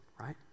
right